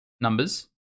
numbers